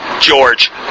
George